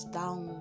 down